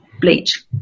bleach